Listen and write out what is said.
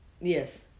Yes